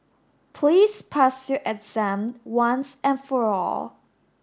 please pass your exam once and for all